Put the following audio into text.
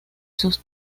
sus